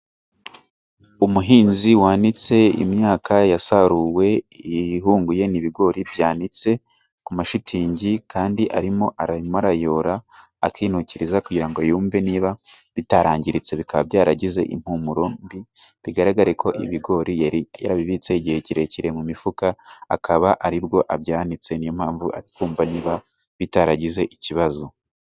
Imuhinzi wanitse imyaka yasaruwe yihunguye, ibigori byanitse ku mashitingi, kandi arimo arayora akinukiriza, kugira ngo yumve niba bitarangiritse bikaba byaragize impumuro mbi. Bigaragare ko ibigori yari yarabibitse igihe kirekire mu mifuka, akaba aribwo abyanitse, niyo mpamvu arikumva niba bitaragize ikibazo.